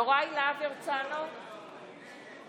דוד וגילה, דוד,